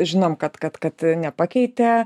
žinom kad kad kad nepakeitė